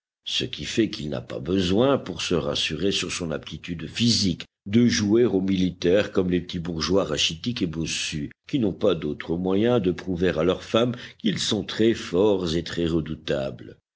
ce qui fait qu'il n'a pas besoin pour se rassurer sur son aptitude physique de jouer au militaire comme les petits bourgeois rachitiques et bossus qui n'ont pas d'autre moyen de prouver à leur femme qu'ils sont très-forts et